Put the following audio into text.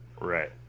Right